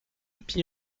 pis